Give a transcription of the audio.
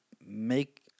make